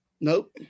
Nope